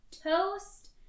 toast